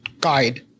guide